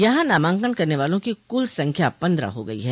यहां नामांकन करने वालों की कुल संख्या पन्द्रह हो गयी है